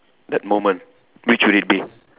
that moment which would it be